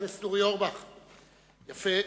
יפה.